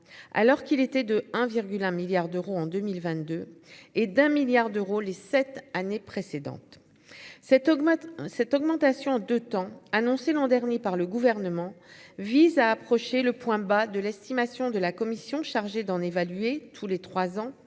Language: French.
alors qu'il était de 1,1 milliard d'euros en 2022, et d'un milliard d'euros les 7 années précédentes cette augmente, hein, cette augmentation de temps annoncé l'an dernier par le gouvernement vise à approcher le point bas de l'estimation de la commission chargée d'en évaluer tous les 3 ans,